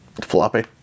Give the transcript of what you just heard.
Floppy